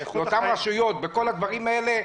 לאותן רשויות בכל הדברים האלה,